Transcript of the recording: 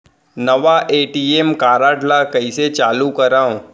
नवा ATM card ल कइसे चालू करव?